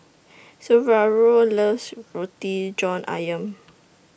Saverio loves Roti John Ayam